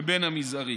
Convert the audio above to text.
מהמזערי,